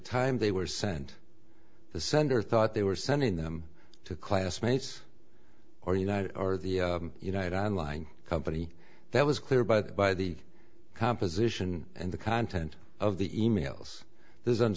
time they were sent the sender thought they were sending them to classmates or united or the united on line company that was clear but by the composition and the content of the e mails there's